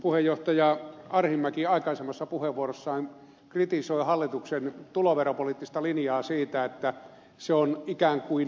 puheenjohtaja arhinmäki aikaisemmassa puheenvuorossaan kritisoi hallituksen tuloveropoliittista linjaa siitä että se on ikään kuin lieventänyt progressiota